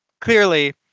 clearly